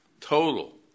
Total